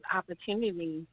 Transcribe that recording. opportunity